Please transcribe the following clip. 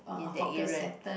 in that area